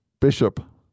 bishop